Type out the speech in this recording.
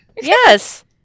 Yes